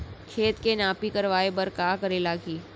खेत के नापी करवाये बर का करे लागही?